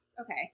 Okay